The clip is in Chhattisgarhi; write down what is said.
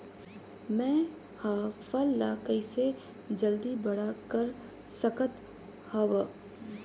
मैं ह फल ला कइसे जल्दी बड़ा कर सकत हव?